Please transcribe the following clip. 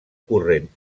corrent